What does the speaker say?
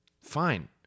fine